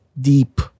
deep